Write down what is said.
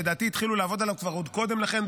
לדעתי התחילו לעבוד עליו עוד קודם לכן,